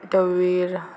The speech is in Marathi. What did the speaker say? दवीर